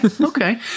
okay